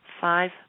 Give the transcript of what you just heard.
five